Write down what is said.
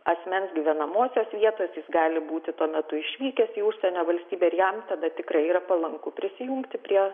asmens gyvenamosios vietos jis gali būti tuo metu išvykęs į užsienio valstybę ir jam tada tikrai yra palanku prisijungti prie